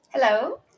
Hello